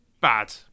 bad